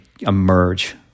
emerge